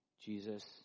Jesus